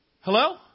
Hello